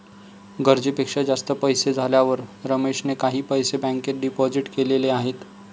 गरजेपेक्षा जास्त पैसे झाल्यावर रमेशने काही पैसे बँकेत डिपोजित केलेले आहेत